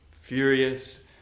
furious